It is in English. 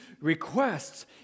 requests